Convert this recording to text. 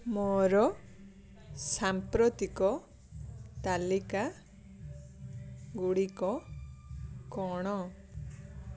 ମୋର ସାମ୍ପ୍ରତିକ ତାଲିକା ଗୁଡ଼ିକ କ'ଣ